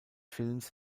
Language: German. films